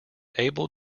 able